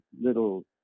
little